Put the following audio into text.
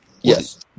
Yes